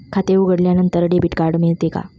खाते उघडल्यानंतर debit card मिळते का?